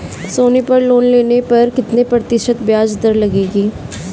सोनी पर लोन लेने पर कितने प्रतिशत ब्याज दर लगेगी?